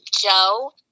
Joe